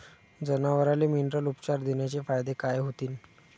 जनावराले मिनरल उपचार देण्याचे फायदे काय होतीन?